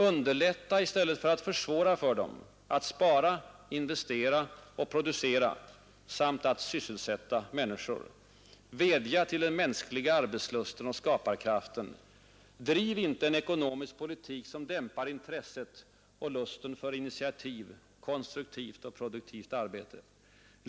Underlätta i stället för att försvåra för dem att spara, investera och producera samt att sysselsätta människor! Vädja till den mänskliga arbetslusten och skaparkraften! Driv inte en ekonomisk politik som dämpar intresset och lusten för initiativ, konstruktivt och produktivt arbete!